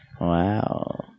Wow